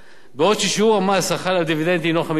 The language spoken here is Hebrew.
בעוד ששיעור המס החל על דיבידנד הינו 15%,